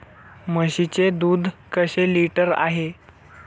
म्हशीचे दूध कसे लिटर आहे?